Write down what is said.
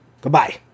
Goodbye